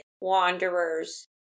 Wanderers